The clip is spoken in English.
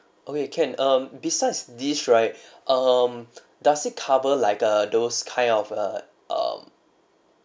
okay can um besides these right um does it cover like a those kind of uh um